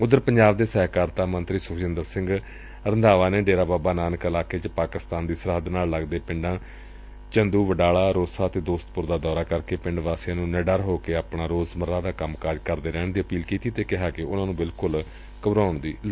ਉਧਰ ਪੰਜਾਬ ਦੇ ਸਹਿਕਰਤਾ ਮੰਤਰੀ ਸੁਖਜਿੰਦਰ ਸਿੰਘ ਰੰਧਾਵਾ ਨੇ ਡੇਰਾ ਬਾਬਾ ਨਾਨਕ ਇਲਾਕੇ ਚ ਪਾਕਿਸਤਾਨ ਦੀ ਸਰਹੱਦ ਨਾਲ ਲਗਦੇ ਪਿੰਡਾਂ ਚੰਦੂ ਵਡਾਲਾ ਰੋਸਾ ਅਤੇ ਦੋਸਤਪੁਰ ਦਾ ਦੌਰਾ ਕਰਕੇ ਪਿੰਡ ਵਾਸੀਆਂ ਨੁੰ ਨਿਡਰ ਹੋ ਕੇ ਆਪਣਾ ਰੋਜ਼ਮੱਰਾ ਦਾ ਕੰਮ ਕਾਜ ਕਰਦੇ ਰਹਿਣ ਦੀ ਅਪੀਲ ਕੀਤੀ ਅਤੇ ਕਿਹਾ ਕਿ ਉਨ੍ਹਾਂ ਨੂੰ ਬਿਲਕੁਲ ਘਬਰਾਉਣ ਦੀ ਜ਼ਰੂਰਤ ਨਹੀਂ ਏ